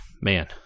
man